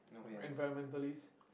environmentalist